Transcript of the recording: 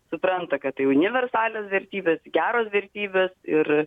supranta kad tai universalios vertybės geros vertybės ir